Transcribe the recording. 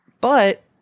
But-